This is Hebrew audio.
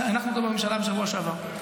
הנחנו אותו בממשלה בשבוע שעבר.